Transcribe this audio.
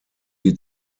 die